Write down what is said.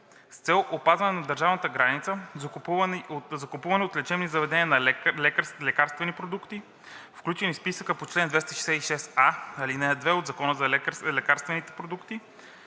с цел опазване на държавната граница, закупуване от лечебни заведения на лекарствени продукти, включени в списъка по чл. 266а, ал. 2 от Закона за лекарствените продукти